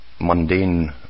mundane